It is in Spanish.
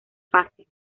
fase